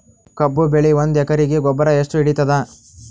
ಕಬ್ಬು ಬೆಳಿ ಒಂದ್ ಎಕರಿಗಿ ಗೊಬ್ಬರ ಎಷ್ಟು ಹಿಡೀತದ?